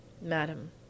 Madam